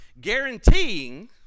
guaranteeing